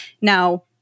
Now